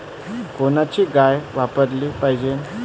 कोनची गाय वापराली पाहिजे?